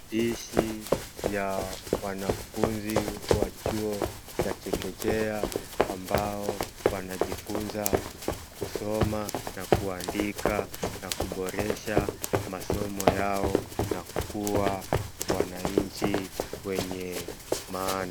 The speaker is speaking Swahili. Hizi ya wanafunzi wa chuo cha chekechea, ambao wanajifunza kusoma na kuandika na kuboresha masomo yao na kua wananchi wenye maana.